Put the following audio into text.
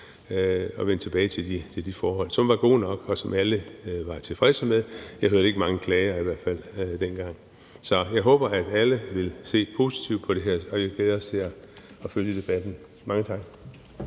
at vende tilbage til de forhold, som var gode nok, og som alle var tilfredse med. Jeg hørte i hvert fald ikke mange klager dengang. Så jeg håber, at alle vil se positivt på det her, og vi glæder os til at følge debatten. Mange tak.